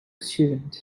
students